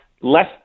less